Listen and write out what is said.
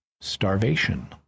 starvation